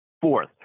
Fourth